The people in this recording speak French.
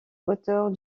hauteurs